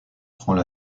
prends